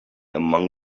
among